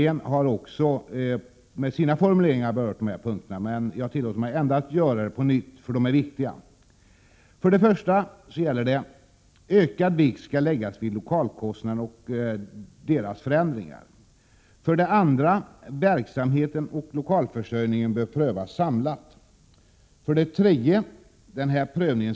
Jag avstår från att göra en sammanfattning av reservationen.